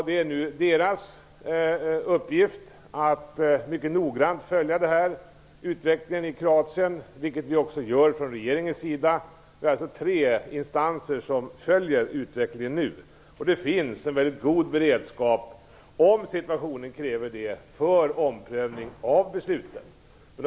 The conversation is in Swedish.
Det är nu deras uppgift att mycket noggrant följa utvecklingen i Kroatien, vilket vi också gör från regeringens sida. Det är alltså tre instanser som följer utvecklingen nu. Det finns en väldigt god beredskap för omprövning av besluten om situationen kräver det.